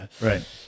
Right